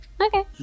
Okay